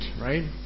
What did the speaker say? right